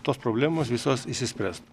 tos problemos visos išsispręs